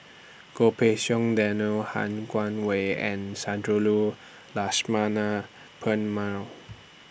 Goh Pei Siong Daniel Han Guangwei and Sundarajulu Lakshmana Perumal